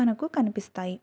మనకు కనిపిస్తాయి